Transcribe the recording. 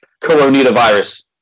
coronavirus